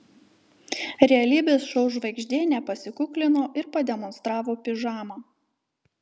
realybės šou žvaigždė nepasikuklino ir pademonstravo pižamą